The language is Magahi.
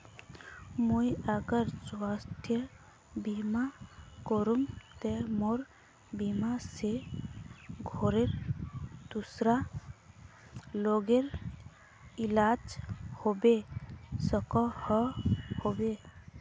मुई अगर स्वास्थ्य बीमा करूम ते मोर बीमा से घोरेर दूसरा लोगेर इलाज होबे सकोहो होबे?